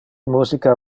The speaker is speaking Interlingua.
musica